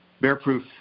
bear-proof